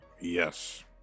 Yes